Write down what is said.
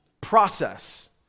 process